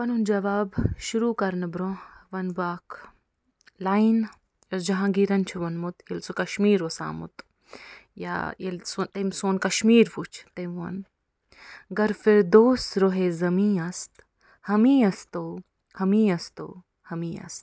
پَنُن جواب شُروٗع کرنہٕ برونٛہہ وَنہٕ بہٕ اَکھ لایِن یۄس جہانگیٖرَن چھِ ووٚنمُت ییٚلہِ سُہ کَشمیٖر اوس آمُت یا ییٚلہِ سُہ تٔمۍ سون کشمیٖر وُچھ تٔمۍ ون گر فِردوس روے زمیٖن است ہمیں استو ہمیں استو ہمیں است